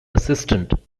assistant